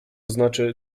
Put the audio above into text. znaczy